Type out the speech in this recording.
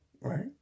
right